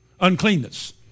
uncleanness